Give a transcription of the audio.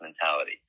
mentality